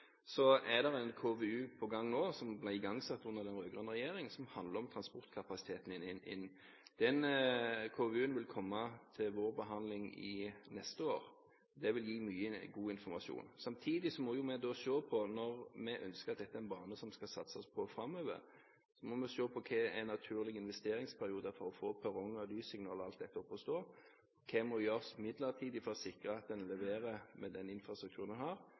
er en KVU på gang nå, som ble igangsatt under den rød-grønne regjeringen, og som handler om transportkapasiteten. Den KVU-en vil komme til vår behandling neste år. Den vil gi mye god informasjon. Samtidig må vi, når vi ønsker at dette er en bane som det skal satses på framover, se på: Hva er naturlige investeringsperioder for å få perronger, lyssignal og alt dette opp og stå? Hva må gjøres midlertidig for å sikre at en leverer med den infrastrukturen en har,